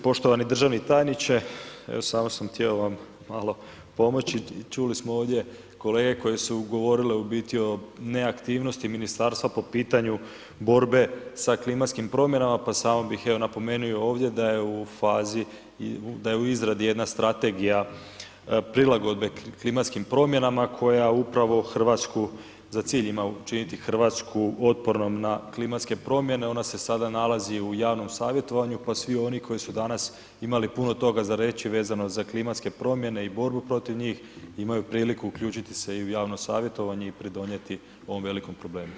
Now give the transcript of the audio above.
Poštovani državni tajniče, evo sam sam htio vam malo pomoći i čuli smo ovdje kolege koji su govorili u biti o neaktivnosti ministarstva po pitanju borbe sa klimatskim promjenama, pa samo bih evo napomenuo i ovdje da je u fazi, da je u izradi jedna strategija prilagodbe klimatskim promjenama koja upravo RH, za cilj ima učiniti RH otpornom na klimatske promjene, ona se sada nalazi u javnom savjetovanju, pa svi oni koji su danas imali puno toga za reći vezano za klimatske promjene i borbu protiv njih, imaju priliku uključiti se i u javno savjetovanje i pridonijeti ovom velikom problemu.